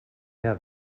mehr